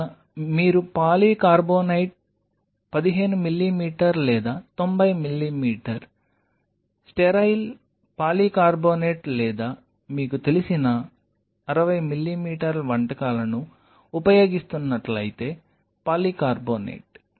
లేదా మీరు పాలికార్బోనేట్ 15 మిమీ లేదా 90 మిమీ స్టెరైల్ పాలికార్బోనేట్ లేదా మీకు తెలిసిన 60 మిమీ వంటకాలను ఉపయోగిస్తున్నట్లయితే పాలికార్బోనేట్